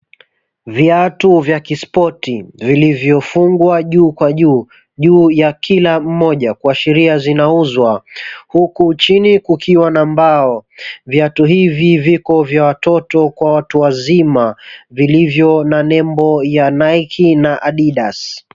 Vyatu vya kispoti, vilivyofungwa juu kwa juu, juu ya kila mmoja kuashiria zinauzwa, huku chini kukiwa na mbao. Vyatu hivi viko vya watoto kwa watu wazima vilivyo na nembo ya Nike na Addidas.